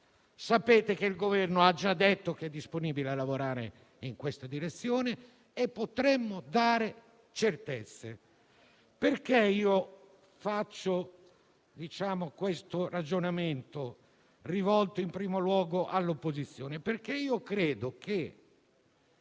Sapete che il Governo ha già detto che è disponibile a lavorare in questa direzione e potremmo dare certezze. Faccio questo ragionamento, rivolto in primo luogo all'opposizione, perché credo che